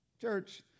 church